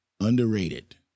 Underrated